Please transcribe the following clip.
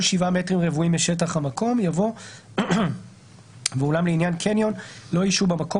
7 מטרים רבועים משטח המקום" יבוא "ואולם לעניין קניון לא ישהו במקום